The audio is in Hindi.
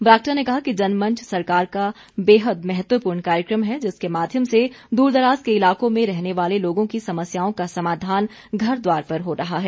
बरागटा ने कहा कि जनमंच सरकार का बेहद महत्वपूर्ण कार्यक्रम है जिसके माध्यम से दूर दराज के इलाकों में रहने वाले लोगों की समस्याओं का समाधान घर द्वार पर हो रहा है